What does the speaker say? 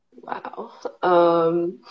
Wow